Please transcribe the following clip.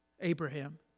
Abraham